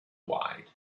wide